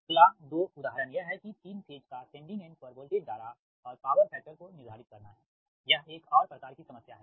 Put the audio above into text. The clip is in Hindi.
अगला 2 उदाहरण यह है कि तीन फेज का सेंडिंग एंड पर वोल्टेज धारा और पावर फैक्टर को निर्धारित करना है यह एक और प्रकार की समस्या है